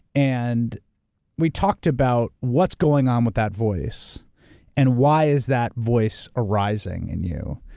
and we talked about what's going on with that voice and why is that voice arising in you.